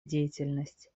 деятельность